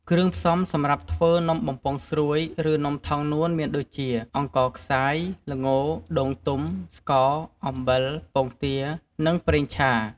គ្រឿងផ្សំសម្រាប់ធ្វើនំបំពង់ស្រួយ ឬនំថងនួនមានដូចជា អង្ករខ្សាយ ល្ង ដូងទុំ ស្ករ អំបិល ពងទា និងប្រេងឆា។